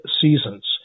seasons